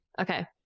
Okay